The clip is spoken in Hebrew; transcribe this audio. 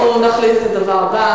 אנחנו נחליט את הדבר הבא,